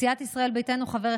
סיעת יהדות התורה,